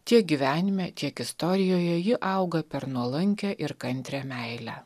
tiek gyvenime tiek istorijoje ji auga per nuolankią ir kantrią meilę